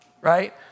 right